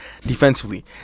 defensively